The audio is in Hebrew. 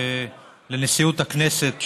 לנשיאות הכנסת,